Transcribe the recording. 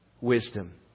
Wisdom